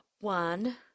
One